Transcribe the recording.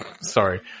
sorry